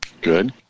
good